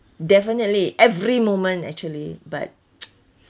definitely every moment actually but